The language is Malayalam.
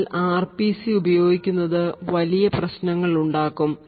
എന്നാൽ ആർ പി സി ഉപയോഗിക്കുന്നത് വലിയ പ്രശ്നങ്ങൾ ഉണ്ടാകും